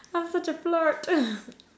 I'm such a flirt